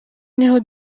niho